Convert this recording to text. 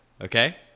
Okay